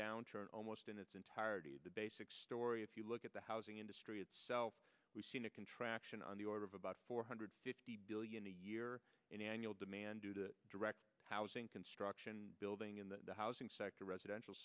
downturn almost in its entirety the basic story if you look at the housing industry itself we've seen a contraction on the order of about four hundred fifty billion a year in annual demand do the direct housing construction building in the housing sector residential